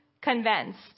convinced